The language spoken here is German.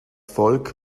volk